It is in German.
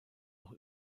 auch